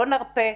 לא נרפה.